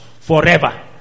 forever